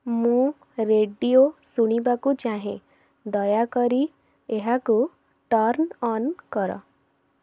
ମୁଁ ରେଡ଼ିଓ ଶୁଣିବାକୁ ଚାହେଁ ଦୟାକରି ଏହାକୁ ଟର୍ନ୍ ଅନ୍ କର